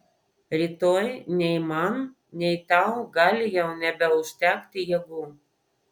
rytoj nei man nei tau gali jau nebeužtekti jėgų